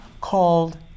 called